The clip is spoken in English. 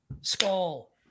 Skull